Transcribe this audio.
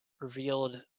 revealed